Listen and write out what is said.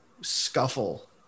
scuffle